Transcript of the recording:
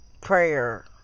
prayer